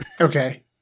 Okay